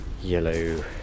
yellow